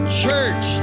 church